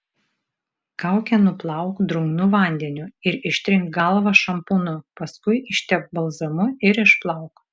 kaukę nuplauk drungnu vandeniu ir ištrink galvą šampūnu paskui ištepk balzamu ir išplauk